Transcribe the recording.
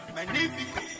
Magnificent